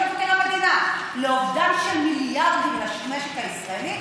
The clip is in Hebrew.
שלפי מבקר המדינה אחראים לאובדן של מיליארדים למשק הישראלי,